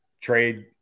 trade